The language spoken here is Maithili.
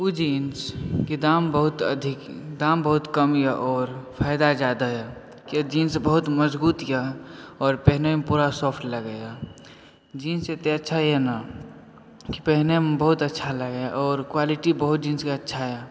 ओ जीन्स के दाम बहुत अधिक दाम बहुत कम यऽ आओर फायदा जादा यऽ किया जीन्स बहुत मजबुत यऽ आओर पहिरयमे पुरा सॉफ्ट लगैया जीन्स एते अच्छा यऽ ने कि पहिनयमे बहुत अच्छा लागैया आओर क्वालिटी जीन्स के बहुत अच्छा यऽ